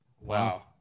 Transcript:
Wow